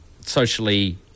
socially